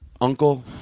uncle